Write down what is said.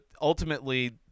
ultimately